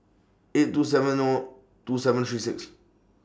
eight two seven O two seven three six